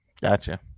Gotcha